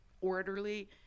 orderly